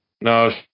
No